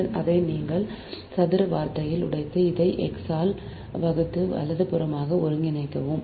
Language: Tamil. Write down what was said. நீங்கள் அதை சதுர வார்த்தையில் உடைத்து இதை x ஆல் வகுத்து வலதுபுறமாக ஒருங்கிணைக்கவும்